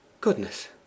goodness